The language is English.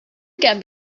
again